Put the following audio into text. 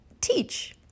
teach